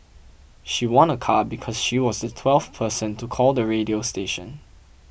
she won a car because she was the twelfth person to call the radio station